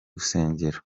rusengero